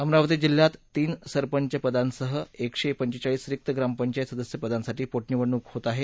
अमरावती जिल्ह्यात तीन सरपंचपदांसह एकशे पंचेचाळीस रिक्त ग्रांपचायत सदस्य पदांसाठी पोमिवडणक होत आहे